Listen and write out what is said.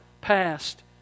past